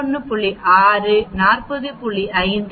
7 41